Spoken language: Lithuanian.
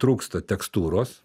trūksta tekstūros